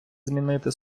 змінити